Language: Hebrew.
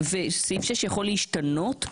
וסעיף 6 יכול להשתנות?